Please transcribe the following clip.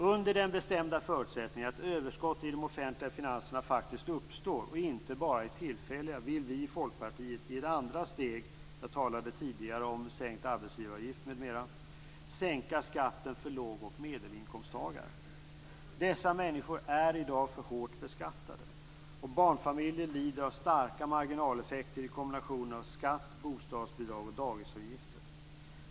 Under den bestämda förutsättningen att överskott i de offentliga finanserna faktiskt uppstår och inte bara är tillfälliga, vill vi i Folkpartiet i ett andra steg - jag talade tidigare om sänkt arbetsgivaravgift m.m. - sänka skatten för låg och medelinkomsttagare. Dessa människor är i dag för hårt beskattade, och barnfamiljerna lider av starka marginaleffekter i kombinationen av skatt, bostadsbidrag och dagisavgifter.